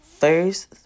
First